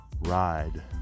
ride